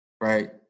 right